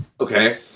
Okay